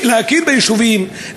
להכיר ביישובים,